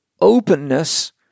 openness